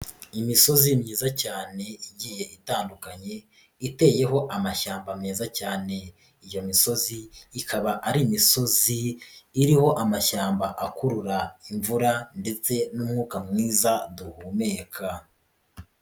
Imisozi myiza cyane igiye itandukanye iteyeho amashyamba meza cyane, iyo misozi ikaba ari imisozi iriho amashyamba akurura imvura ndetse n'umwuka mwiza duhumeka.